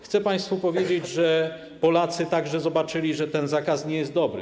Chcę państwu powiedzieć, że Polacy także zobaczyli, że ten zakaz nie jest dobry.